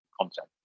content